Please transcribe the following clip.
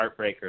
Heartbreaker